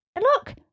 Look